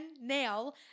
nail